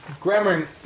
grammar